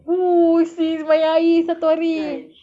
!woo! sis main air satu hari